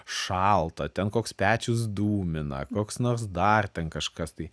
šalta ten koks pečius dūmina koks nors dar ten kažkas tai